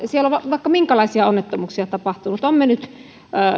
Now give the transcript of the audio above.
siellä on vaikka minkälaisia onnettomuuksia tapahtunut on mennyt